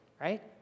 right